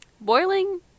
boiling